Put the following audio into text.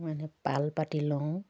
মানে পাল পাতি লওঁ